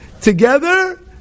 together